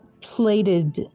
plated